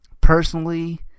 personally